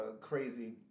crazy